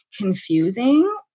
confusing